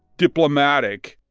diplomatic.